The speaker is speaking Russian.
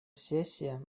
сессия